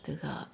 ꯑꯗꯨꯒ